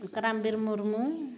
Karamdir Murmu